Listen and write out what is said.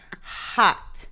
Hot